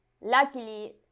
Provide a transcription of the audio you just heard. luckily